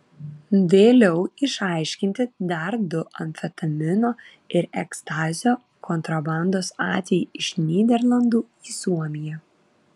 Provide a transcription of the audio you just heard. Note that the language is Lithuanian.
vėliau išaiškinti dar du amfetamino ir ekstazio kontrabandos atvejai iš nyderlandų į suomiją